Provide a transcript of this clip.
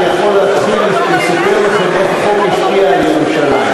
אני יכול להתחיל לספר לכם איך החוק השפיע על ירושלים,